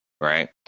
right